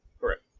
Correct